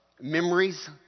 memories